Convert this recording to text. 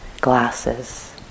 glasses